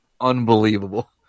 Unbelievable